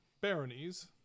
baronies